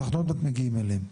אנחנו עוד מעט מגיעים אליהם.